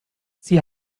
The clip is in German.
sie